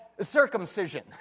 circumcision